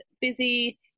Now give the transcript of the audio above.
busy